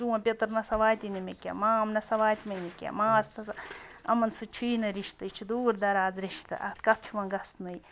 چون پیٚتٕر نَہ سا واتی نہٕ مےٚ کیٚنٛہہ مام نَہ سا واتہِ نہٕ مےٚ کیٚنٛہہ ماس تہٕ ہسا یِمَن سۭتۍ چھُ یی نہٕ رِشتہٕ یہِ چھِ دوٗر دَراز رِشتہٕ اَتھ کَتھ چھِ وۄنۍ گژھنُے